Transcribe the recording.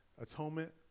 atonement